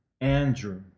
Andrew